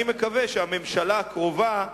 אני מקווה שהממשלה הקרובה,